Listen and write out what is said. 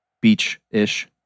beach-ish